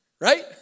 Right